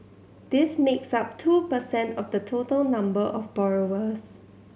this makes up two per cent of the total number of borrowers